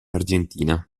argentina